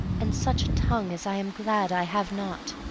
and such a tongue as i am glad i have not,